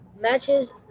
matches